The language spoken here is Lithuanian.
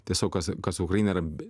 tiesiog kas kas ukrainą be